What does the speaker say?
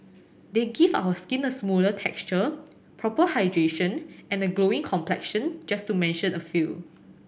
they give our skin a smoother texture proper hydration and a glowing complexion just to mention a few